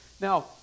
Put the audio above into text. Now